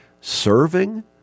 serving